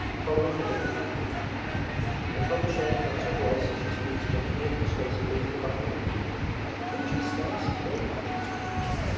following the big fat cattle and from the shed comes her voice as she speaks gently and persuasively to the buffalo won't she stand still? what a creature!